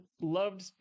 loved